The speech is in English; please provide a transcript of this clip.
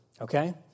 okay